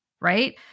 Right